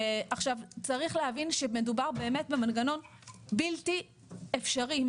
צריך להבין שמדובר באמת במנגנון בלתי אפשרי.